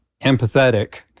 empathetic